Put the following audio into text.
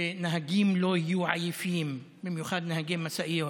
שנהגים לא יהיו עייפים, במיוחד נהגי משאיות.